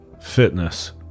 fitness